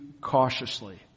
cautiously